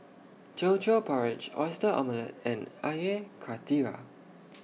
Teochew Porridge Oyster Omelette and Air Karthira